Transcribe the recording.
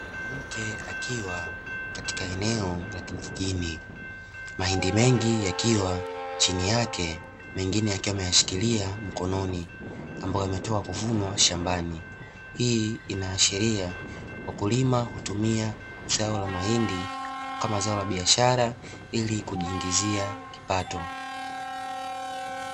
Mwanamke akiwa katika eneo la kijijini mahindi mengi yakiwa chini yake, mengine akiwa ame yashikilia mkononi ambayo yametoka kuvunwa shambani. Hii inaashiria wakulima hutumia zao la mahindi kama zao la biashara ili kujiingizia kipato.